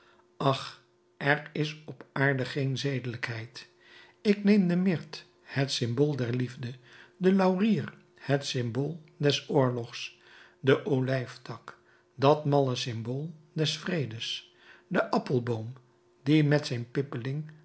ach er is op aarde geen zedelijkheid ik neem de myrth het symbool der liefde den laurier het symbool des oorlogs den olijftak dat malle symbool des vredes den appelboom die met zijn pippeling